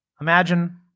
Imagine